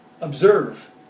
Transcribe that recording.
Observe